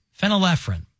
phenylephrine